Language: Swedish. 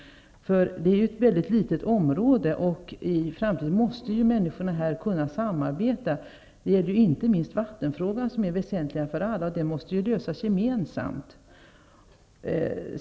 Det handlar om ett väldigt litet område. I framtiden måste människorna här kunna samarbeta. Det gäller inte minst vattenfrågan, som är väsentlig för alla. Den måste lösas gemensamt.